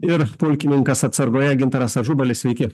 ir pulkininkas atsargoje gintaras ažubalis sveiki